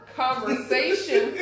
conversation